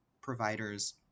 providers